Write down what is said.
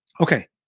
Okay